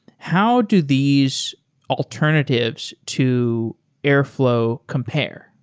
how do these alternatives to airflow compare?